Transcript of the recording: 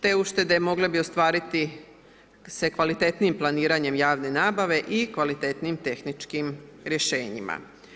Te uštede mogle bi ostvariti se kvalitetnijim planiranjem javne nabave i kvalitetnijim tehničkim rješenjima.